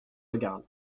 regarde